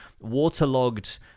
waterlogged